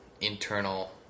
internal